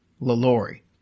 LaLaurie